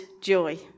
joy